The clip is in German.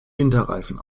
winterreifen